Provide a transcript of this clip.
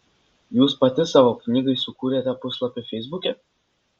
jūs pati savo knygai sukūrėte puslapį feisbuke